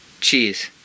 Cheers